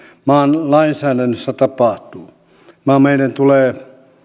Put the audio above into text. maan lainsäädännössä tapahtuu vaan meidän tulee